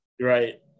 Right